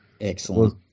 Excellent